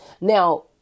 Now